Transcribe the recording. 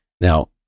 Now